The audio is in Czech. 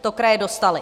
To kraje dostaly.